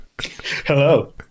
hello